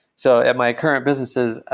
so at my current businesses,